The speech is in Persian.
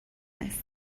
است